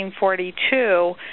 1942